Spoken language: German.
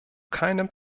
keinem